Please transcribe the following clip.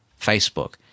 Facebook